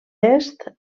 est